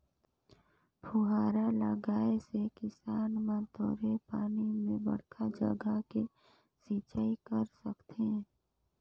फुहारा लगाए से किसान मन थोरहें पानी में बड़खा जघा के सिंचई कर सकथें